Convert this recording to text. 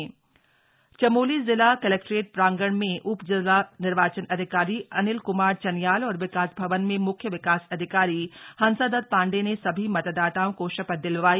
मतदाता दिवस चमोली चमोली जिला क्लेक्ट्रेट प्रांगण में उप जिला निर्वाचन अधिकारी अनिल क्मार चन्याल और विकास भवन में मुख्य विकास अधिकारी हंसादत्त पाण्डे ने सभी मतदाताओं को शपथ दिलवाई